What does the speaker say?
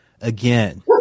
again